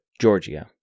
Georgia